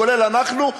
כולל אנחנו,